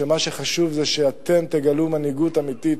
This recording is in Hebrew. שמה שחשוב זה שאתם תגלו מנהיגות אמיתית